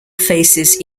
faces